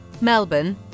Melbourne